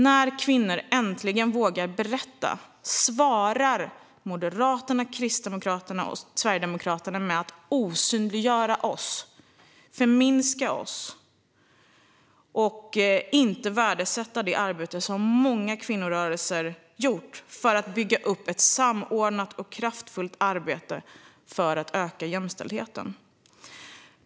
När kvinnor äntligen vågar berätta svarar Moderaterna, Kristdemokraterna och Sverigedemokraterna med att förminska och osynliggöra oss och inte värdesätta det arbete som många kvinnorörelser gjort för att bygga upp ett samordnat och kraftfullt arbete för ökad jämställdhet.